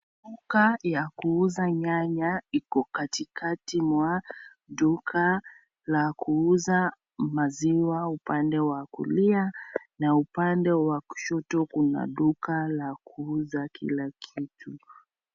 Duka ya kuuza nyanya iko katikati mwa duka la kuuza maziwa ili pande wa kulia na upande wa kushoto. Kuna duka la kuuza kila kitu.